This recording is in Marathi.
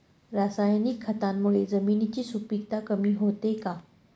रासायनिक खतांमुळे जमिनीची सुपिकता कमी होते का?